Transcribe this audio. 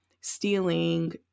Stealing